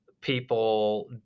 people